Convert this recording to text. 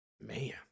Man